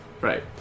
Right